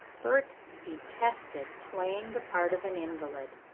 bert detested playing the part of an invalid,